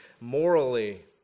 morally